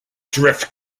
drift